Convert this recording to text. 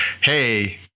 hey